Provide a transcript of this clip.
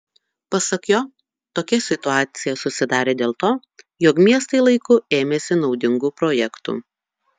pasak jo tokia situacija susidarė dėl to jog miestai laiku ėmėsi naudingų projektų